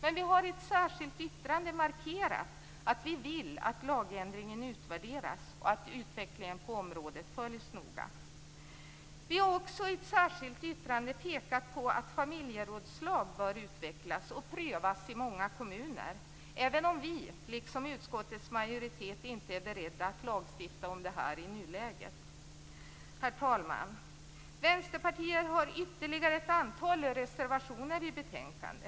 Men vi har i ett särskilt yttrande markerat att vi vill att lagändringen utvärderas och att utvecklingen på området följs noga. Vi har också i ett särskilt yttrande pekat på att familjerådslag bör utvecklas och prövas i många kommuner, även om vi, liksom utskottets majoritet, inte är beredda att lagstifta om detta i nuläget. Herr talman! Vänsterpartiet har ytterligare ett antal reservationer fogade till betänkandet.